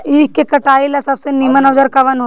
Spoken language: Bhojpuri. ईख के कटाई ला सबसे नीमन औजार कवन होई?